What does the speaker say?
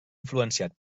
influenciat